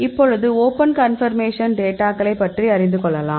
இப்பொழுது open confirmation டேட்டாக்களை பற்றி அறிந்து கொள்ளலாம்